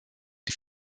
die